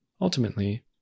ultimately